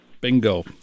Bingo